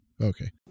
Okay